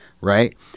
right